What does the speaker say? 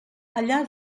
allà